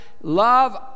Love